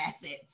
assets